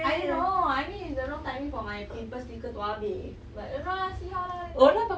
I know I mean it's the wrong timing for my pimple sticker to habis but don't know ah see how lah later